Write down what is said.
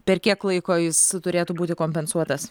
per kiek laiko jis turėtų būti kompensuotas